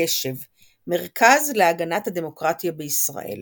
קשב - מרכז להגנת הדמוקרטיה בישראל.